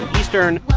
eastern